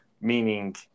Meaning